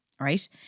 right